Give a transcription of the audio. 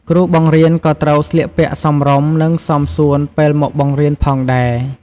គ្រូបង្រៀនក៏ត្រូវស្លៀកពាក់សមរម្យ និងសមសួនពេលមកបង្រៀនផងដែរ។